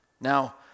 Now